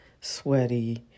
sweaty